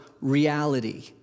reality